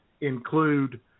include